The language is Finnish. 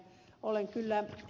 olen kyllä ed